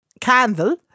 Candle